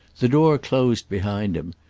the door closed behind him,